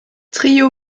trio